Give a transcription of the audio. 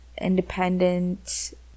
independent